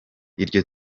iryo